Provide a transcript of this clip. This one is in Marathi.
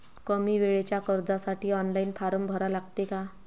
कमी वेळेच्या कर्जासाठी ऑनलाईन फारम भरा लागते का?